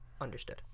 Understood